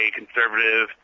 conservative